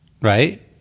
Right